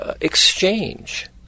Exchange